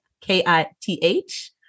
k-i-t-h